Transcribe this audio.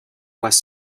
was